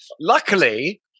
Luckily